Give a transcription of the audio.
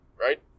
right